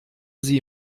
sie